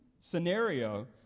scenario